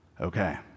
Okay